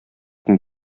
көн